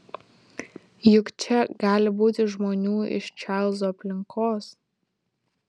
juk čia gali būti žmonių iš čarlzo aplinkos